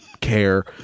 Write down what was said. care